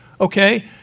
okay